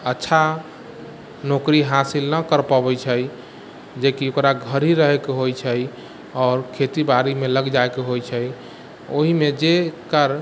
अच्छा नौकरी हासिल नहि कर पबैत छै जेकि ओकरा घर ही रहैके होइत छै आओर खेती बारीमे लग जायके होइत छै ओहिमे जेकर